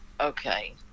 okay